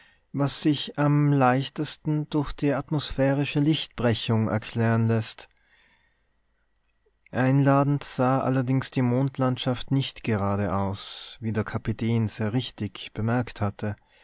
was sich am leichtesten durch die atmosphärische lichtbrechung erklären läßt einladend sah allerdings die mondlandschaft nicht gerade aus wie der kapitän sehr richtig bemerkt hatte